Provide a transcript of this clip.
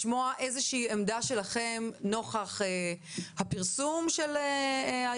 לשמוע איזה שהיא עמדה שלכם נוכח הפרסום של האיחוד